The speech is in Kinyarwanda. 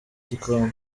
gikondo